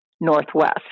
Northwest